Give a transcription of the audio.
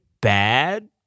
bad